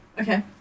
Okay